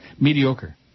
Mediocre